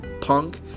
punk